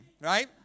right